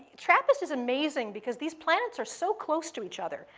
trappist is amazing because these planets are so close to each other.